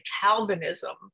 Calvinism